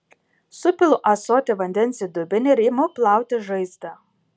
supilu ąsotį vandens į dubenį ir imu plauti žaizdą